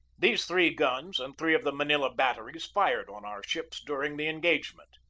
these three guns and three of the manila batteries fired on our ships during the engagement.